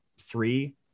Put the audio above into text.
three